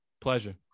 Pleasure